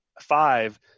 five